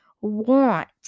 want